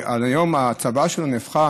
היום הצוואה שלו נהפכה